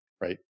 right